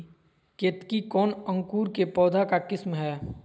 केतकी कौन अंकुर के पौधे का किस्म है?